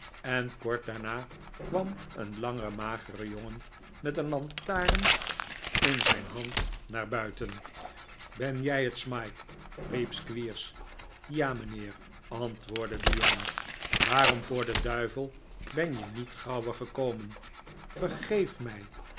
en kort daarna kwam een lange magere jongen met een lantaren in zijn hand naar buiten ben jij het smike riep squeers ja mijnheer antwoordde de jongen waarom voor den duivel ben je niet gauwer gekomen vergeef mij